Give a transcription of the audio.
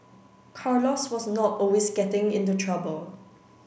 Carlos was not always getting into trouble